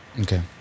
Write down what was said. Okay